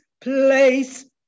place